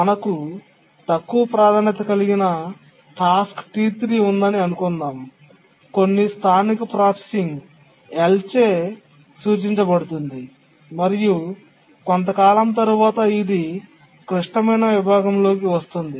మనకు తక్కువ ప్రాధాన్యత కలిగిన టాస్క్ T3 ఉందని అనుకుందాం కొన్ని స్థానిక ప్రాసెసింగ్ L చే సూచించబడుతుంది మరియు కొంతకాలం తర్వాత ఇది క్లిష్టమైన విభాగంలోకి వస్తుంది